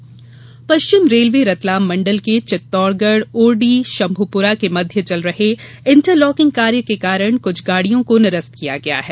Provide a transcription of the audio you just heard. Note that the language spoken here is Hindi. रेलगाड़ी निरस्त पश्चिम रेलवे रतलाम मंडल के चित्तौड़गढ़ ओरडी शंभूपुरा के मध्य चल रहे इंटरलॉकिंग कार्य के कारण कुछ गाड़ियों को निरस्त किया गया है